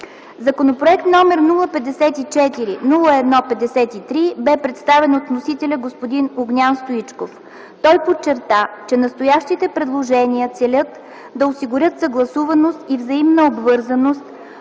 Законопроект № 054-01-53 бе представен от вносителя господин Огнян Стоичков. Той подчерта, че настоящите предложения целят да осигурят съгласуваност и взаимна обвързаност